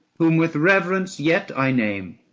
whom with reverence yet i name,